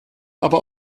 aber